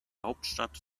hauptstadt